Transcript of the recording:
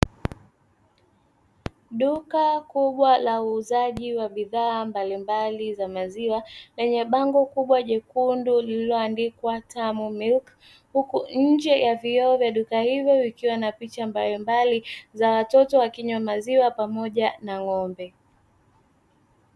Duka kubwa la uuzaji wa bidhaa mbalimbali za maziwa, lenye bango kubwa jekundu lilonadikwa ''tamu milk", huku ndani ya vioo hivyo vikiwa na picha mbalimbali ya watoto wakinywa maziwa pamoja na ng'ombe.